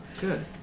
Good